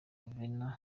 venant